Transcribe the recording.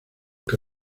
que